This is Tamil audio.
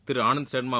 திரு ஆனந்த் சர்மா